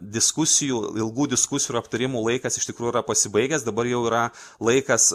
diskusijų ilgų diskusijų ir aptarimų laikas iš tikrųjų yra pasibaigęs dabar jau yra laikas